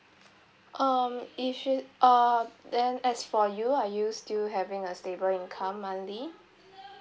um if is uh then as for you are you still having a stable income monthly